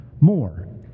more